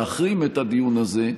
להחרים את הדיון הזה,